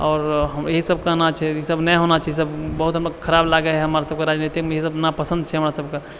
आओर इएह सब कहना छै ईसब नहि होना चाही ई सब बहुत खराब लागै हइ हमरा सबके राजनीतिमे ई सब नापसन्द छै हमरा सबके